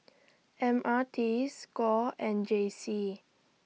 M R T SCORE and J C